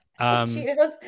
Cheetos